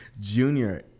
Junior